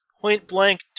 point-blank